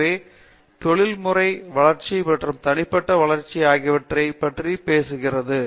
எனவே தொழில்முறை வளர்ச்சி மற்றும் தனிப்பட்ட வளர்ச்சி ஆகியவற்றைப் பற்றி இது பேசுகிறது